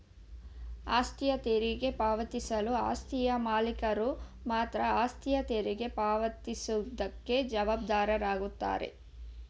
ಆಸ್ತಿ ತೆರಿಗೆ ಪಾವತಿಸಲು ಆಸ್ತಿಯ ಮಾಲೀಕರು ಮಾತ್ರ ಆಸ್ತಿಯ ತೆರಿಗೆ ಪಾವತಿ ಸುವುದಕ್ಕೆ ಜವಾಬ್ದಾರಾಗಿರುತ್ತಾರೆ